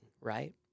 right